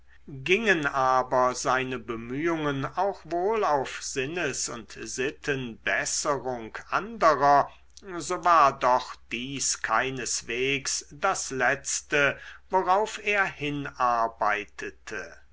gingen aber seine bemühungen auch wohl auf sinnes und sittenbesserung anderer so war doch dies keineswegs das letzte worauf er hinarbeitete